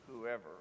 whoever